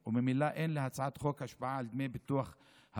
וממילא אין להצעת החוק השפעה על דמי ביטוח הבריאות,